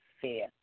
fair